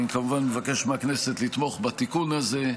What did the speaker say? אני כמובן מבקש מהכנסת לתמוך בתיקון הזה,